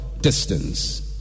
distance